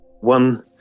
One